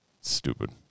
Stupid